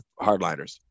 hardliners